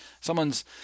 someone's